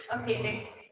Okay